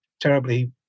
terribly